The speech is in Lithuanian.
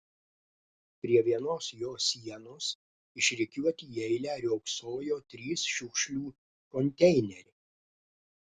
prie vienos jo sienos išrikiuoti į eilę riogsojo trys šiukšlių konteineriai